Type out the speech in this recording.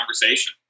conversation